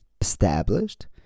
established